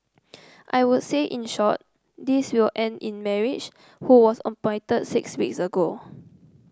I would say in short this will end in marriage who was appointed six weeks ago